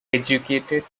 educated